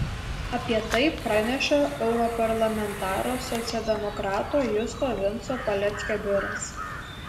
apie tai praneša europarlamentaro socialdemokrato justo vinco paleckio biuras